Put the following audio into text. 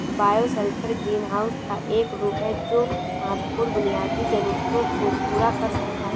bioshelter greenhouse का एक रूप है जो महत्वपूर्ण बुनियादी जरूरतों को पूरा कर सकता है